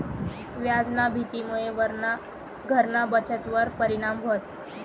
व्याजना भीतीमुये घरना बचतवर परिणाम व्हस